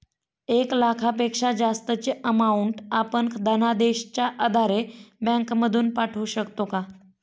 एक लाखापेक्षा जास्तची अमाउंट आपण धनादेशच्या आधारे बँक मधून पाठवू शकतो का?